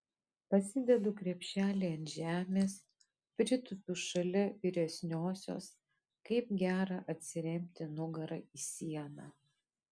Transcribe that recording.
pasidedu krepšelį ant žemės pritūpiu šalia vyresniosios kaip gera atsiremti nugara į sieną